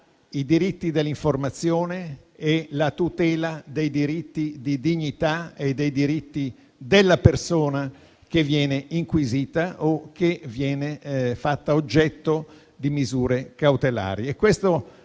i diritti dell'informazione e la tutela dei diritti di dignità e della persona che viene inquisita o che viene fatta oggetto di misure cautelari.